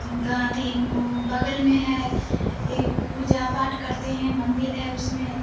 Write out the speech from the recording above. गात हिम बग़ल में है यह पूजा पाठ करते हैं मंदिर है उसमें